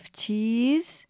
cheese